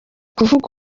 kuvuga